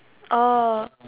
oh